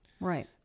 Right